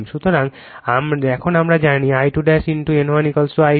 সুতরাং এখন আমরা জানি I2 N1 I2 N2